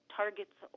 targets